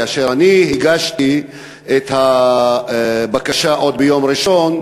כאשר אני הגשתי את הבקשה עוד ביום ראשון,